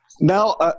now